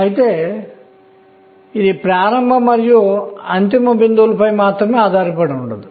అయితే ముందుగా నేను ఈ అత్యల్ప n లను పూరించబోతున్నాను